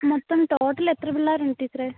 മൊത്തം ടോട്ടൽ എത്ര പിള്ളേരുണ്ട് ടീച്ചറെ